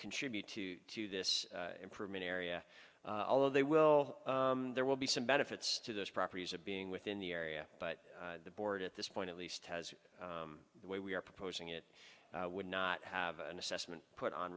contribute to to this improvement area although they will there will be some benefits to those properties of being within the area but the board at this point at least has the way we are proposing it would not have an assessment put on